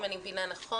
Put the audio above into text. אם אני מבינה נכון,